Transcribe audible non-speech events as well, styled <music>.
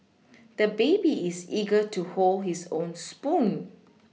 <noise> the baby is eager to hold his own spoon